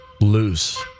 Loose